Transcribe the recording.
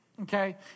okay